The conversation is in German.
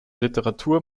literatur